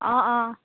অঁ অঁ